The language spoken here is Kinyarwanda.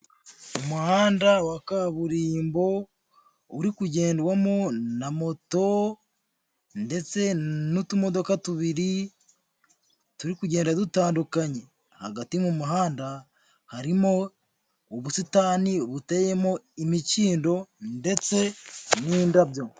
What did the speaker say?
Umuhanda wa kaburimbo uri kugendwamo na moto ndetse n'utumodoka tubiri turi kugenda dutandukanye, hagati mu muhanda harimo ubusitani buteyemo imikindo ndetse n'indabyo.